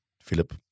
Philip